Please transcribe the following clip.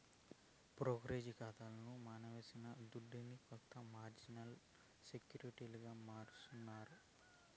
బ్రోకరేజోల్లు కాతాల మనమేసిన దుడ్డుని కొంత మార్జినబుల్ సెక్యూరిటీలుగా మారస్తారు